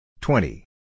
twenty